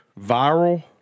viral